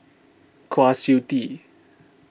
Kwa Siew Tee